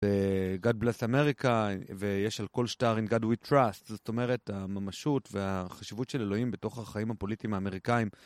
בגאד בלאס אמריקה, ויש על כל שטער אין גאד ווי טראסט. זאת אומרת, הממשות והחשיבות של אלוהים בתוך החיים הפוליטיים האמריקאיים.